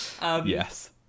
Yes